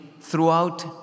throughout